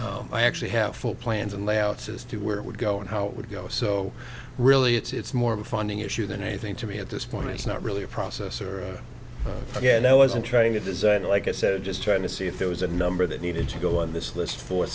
look i actually have full plans and layouts as to where it would go and how it would go so really it's more of a funding issue than anything to me at this point it's not really a process or again i wasn't trying to design it like i said just trying to see if there was a number that needed to go on this list for